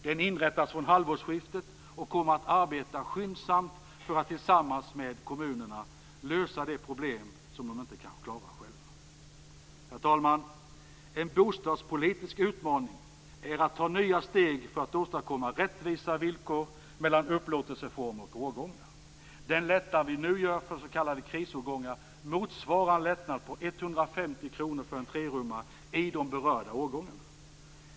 Den inrättas från halvårsskiftet och kommer att arbeta skyndsamt för att tillsammans med kommunerna lösa de problem de inte kan klara själva. Herr talman! En bostadspolitisk utmaning är att ta nya steg för att åstadkomma rättvisa villkor mellan upplåtelseformer och årgångar. Den lättnad vi nu gör för s.k. krisårgångar motsvarar en lättnad på 150 kr för en trerummare i de berörda årgångarna.